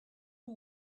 who